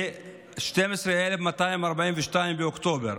ל-12,242 באוקטובר.